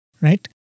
right